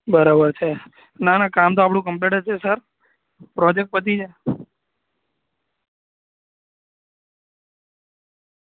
બરાબર છે ના ના કામ તો આપણું કમ્પ્લીટ જ છે સર પ્રોજેક્ટ પતી જાય